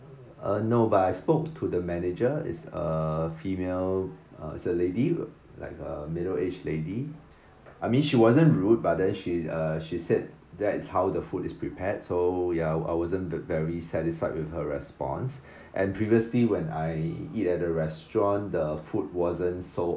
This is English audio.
uh no but I spoke to the manager is a female uh it's a lady like a middle age lady I mean she wasn't rude but then she uh she said that is how the food is prepared so ya I wasn't the very satisfied with her response and previously when I eat at the restaurant the food wasn't so